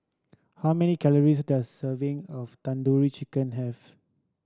how many calories does a serving of Tandoori Chicken have